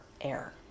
air